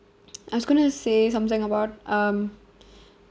I was going to say something about um